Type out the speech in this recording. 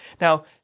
Now